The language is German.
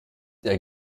der